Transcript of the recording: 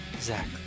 Zach